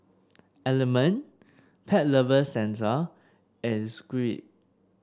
Element Pet Lovers Centre and Schweppes